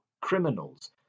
criminals